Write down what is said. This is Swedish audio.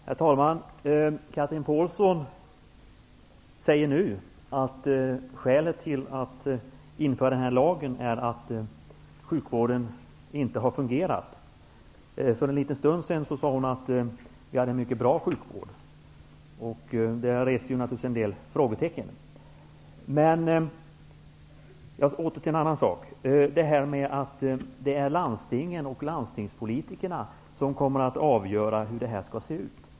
Herr talman! Chatrine Pålsson säger nu att det skäl man har till att införa lagen är att sjukvården inte har fungerat. För en liten stund sedan sade hon att vi hade en mycket bra sjukvård. Det reser naturligtvis en del frågor. Över till en annan fråga. Det sades att det är landstingen och landstingspolitikerna som skall avgöra hur det här skall se ut.